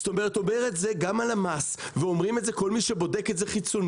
זאת אומרת אומר את זה גם הלמ"ס ואומרים את זה כל מי שבודק את זה חיצוני,